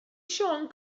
siôn